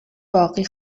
باقی